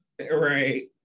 Right